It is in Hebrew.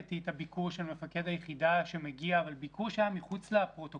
תיעדתי את הביקור של מפקד היחידה שמגיע אבל ביקור שהיה מחוץ לפרוטוקול.